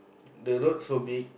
the road so big